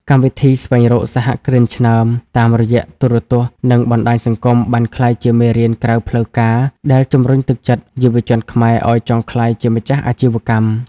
កម្មវិធី "ស្វែងរកសហគ្រិនឆ្នើម" តាមរយៈទូរទស្សន៍ និងបណ្ដាញសង្គម បានក្លាយជាមេរៀនក្រៅផ្លូវការដែលជម្រុញទឹកចិត្តយុវជនខ្មែរឱ្យចង់ក្លាយជាម្ចាស់អាជីវកម្ម។